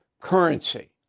currency